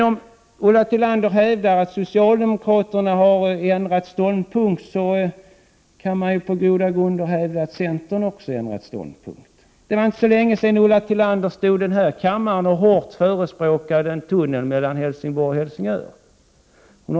Om Ulla Tillander hävdar att socialdemokraterna har ändrat ståndpunkt, kan man på lika goda grunder hävda att också centern har gjort det. Det var inte så länge sedan Ulla Tillander stod i denna talarstol och hårt förespråkade en tunnel mellan Helsingborg och Helsingör.